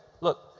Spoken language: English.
Look